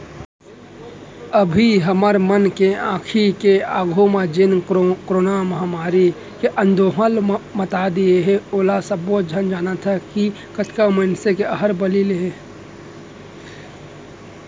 अभी हमर मन के आंखी के आघू म जेन करोना महामारी ह अंदोहल मता दिये हे ओला सबे झन जानत हन कि कतका मनसे के एहर बली लेही